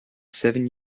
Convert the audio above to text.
seven